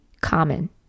common